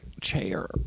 chair